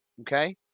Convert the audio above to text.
Okay